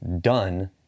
done